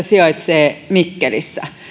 sijaitsee mikkelissä